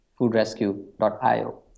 foodrescue.io